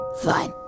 fine